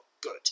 good